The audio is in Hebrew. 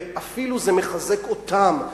וזה אפילו מחזק אותם,